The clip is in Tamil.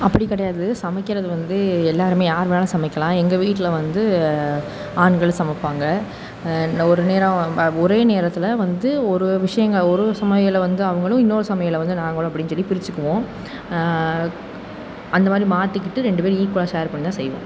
அப்படி கிடையாது சமைக்கிறது வந்து எல்லாருமே யார் வேணா சமைக்கலாம் எங்கள் வீட்டில் வந்து ஆண்களும் சமைப்பாங்க ஒரு நேரம் ஒரே நேரத்தில் வந்து ஒரு விஷயங்கள் ஒரு சமையலை வந்து அவர்களும் இன்னொரு சமையலை வந்து நாங்களும் அப்டின்னு சொல்லி பிரிச்சுக்குவோம் அந்த மாதிரி மாற்றிக்கிட்டு ரெண்டு பேரும் ஈக்வலா ஷேர் பண்ணி தான் செய்வோம்